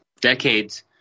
decades